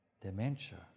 dementia